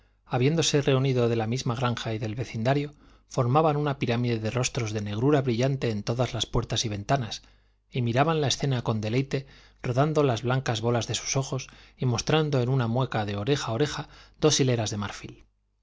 habiéndose reunido de la misma granja y del vecindario formaban una pirámide de rostros de negrura brillante en todas las puertas y ventanas y miraban la escena con deleite rodando las blancas bolas de sus ojos y mostrando en una mueca de oreja a oreja dos hileras de marfil